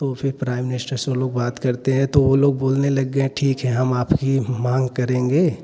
तो फ़िर prime minister सो ओ लोग बात करते हैं तो वह लोग बोलने लग गए ठीक है हम आपकी मांग करेंगे